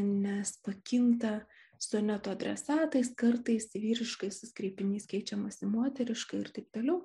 nes pakinta soneto adresatais kartais vyriškasis kreipinys keičiamas į moterišką ir taip toliau